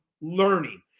learning